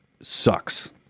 sucks